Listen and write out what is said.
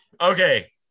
okay